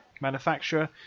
manufacturer